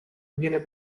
viene